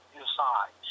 inside